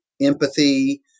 empathy